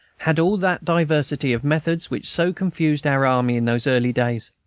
had all that diversity of methods which so confused our army in those early days.